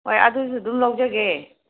ꯍꯣꯏ ꯑꯗꯨꯁꯨ ꯑꯗꯨꯝ ꯂꯧꯖꯒꯦ